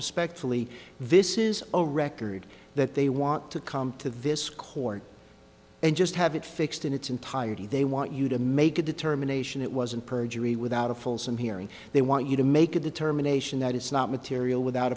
respectfully this is a record that they want to come to this court and just have it fixed in its entirety they want you to make a determination it wasn't perjury without a fulsome hearing they want you to make a determination that it's not material without